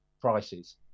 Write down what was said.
prices